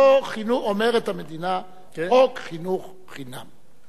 פה אומרת המדינה: חוק חינוך חינם.